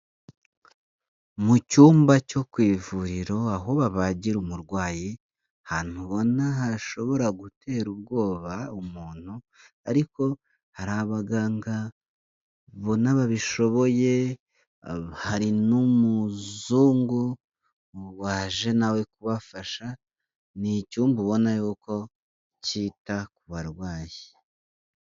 Mu cyumba cyo ku ivuriro aho babagira umurwayi, ahantutu ubona hashobora gutera ubwoba umuntu ariko hari abagangabona babishoboye, hari n'umuzungu waje nawe kubafasha, ni icyumba ubona yuko cyita ku barwayi.